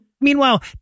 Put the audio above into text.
Meanwhile